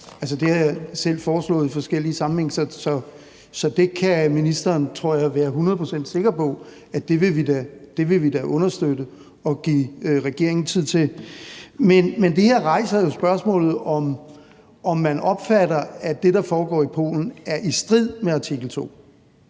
Det har jeg selv foreslået i forskellige sammenhænge, så det kan ministeren, tror jeg, da være hundrede procent sikker på at vi vil understøtte og give regeringen tid til. Men det her rejser jo spørgsmålet om, om man opfatter det sådan, at det, der foregår i Polen, er i strid med artikel 2,